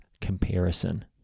comparison